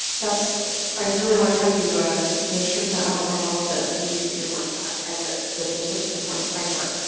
that's i really like how you made sure to outline all of the sdg's that you're working on and that that they're such an important framework.